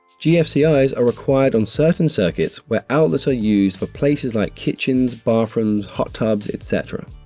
gfcis are required on certain circuits where outlets are used for places like kitchens, bathrooms, hot tubs et cetera.